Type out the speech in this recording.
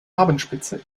abendspitze